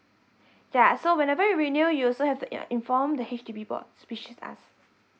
ya so whenever you renew you also have to uh inform the H_D_B board which is us